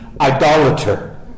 idolater